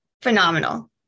phenomenal